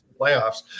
playoffs